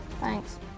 Thanks